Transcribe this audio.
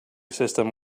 system